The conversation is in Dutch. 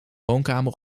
woonkamer